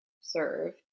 serve